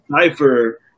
cipher